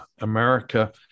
America